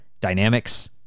dynamics